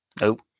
Nope